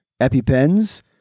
EpiPens